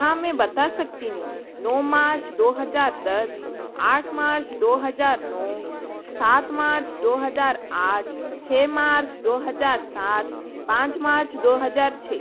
हाँ मैं बता सकती हूँ नौ मार्च दो हज़ार दस आठ मार्च दो हज़ार नौ सात मार्च दो हज़ार आठ छः मार्च दो हज़ार सात पाँच मार्च दो हज़ार छः